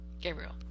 Gabriel